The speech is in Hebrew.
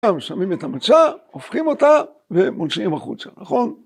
‫גם שמים את המצה, הופכים אותה ‫ומוציאים החוצה, נכון?